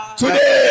today